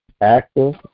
active